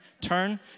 turn